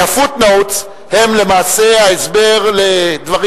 כי ה-footnotes הם למעשה ההסבר לדברים